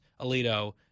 Alito